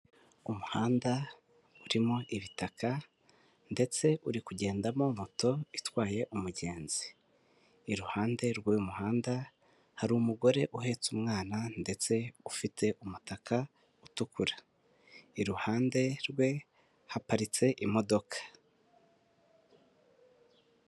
Umuhanda urimo ibitaka ndetse uri kugendamo moto itwaye umugenzi; iruhande rw'uyu muhanda hari umugore uhetse umwana ndetse ufite umutaka utukura iruhande rwe haparitse imodoka.